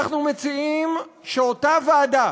אנחנו מציעים שאותה ועדה